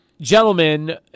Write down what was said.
gentlemen